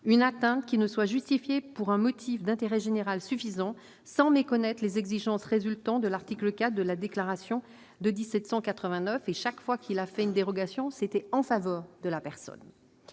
une atteinte qui ne soit justifiée par un motif d'intérêt général suffisant sans méconnaître les exigences résultant des articles IV et XVI de la Déclaration de 1789 ». Chaque fois qu'il a accepté une dérogation, c'était en faveur de la personne.